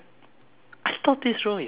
I thought this room is soundproof